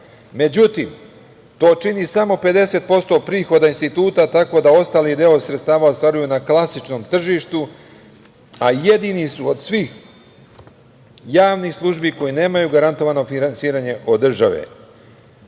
rada.Međutim, to čini samo 50% prihoda instituta tako da ostali deo sredstava ostvaruju na klasičnom tržištu, a jedini su od svih javnih službi koje nemaju garantovano finansiranje od države,